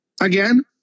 again